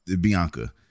Bianca